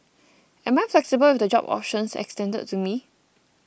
am I flexible with the job options extended to me